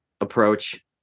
approach